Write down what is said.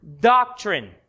doctrine